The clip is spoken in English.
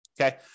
Okay